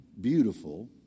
beautiful